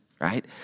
right